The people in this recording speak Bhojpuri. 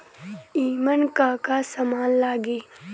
ईमन का का समान लगी?